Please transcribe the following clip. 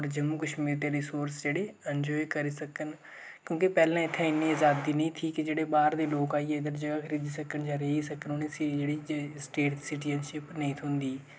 और जम्मू कश्मीर दे रिसोरस जेह्ड़े अन्जाय करी सकन क्योंकी पैह्ले आजादी इत्थै आजादी नेईं थी क्योंकी बाह्र दे लोक इत्थै आइयै इद्धर जगह् खरीदी सकन स्टेट दी सिटीजन नेईं थ्होंदी